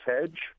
hedge